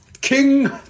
King